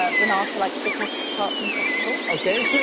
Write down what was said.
ah renata, like the custard tart from portugal. okay.